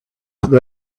the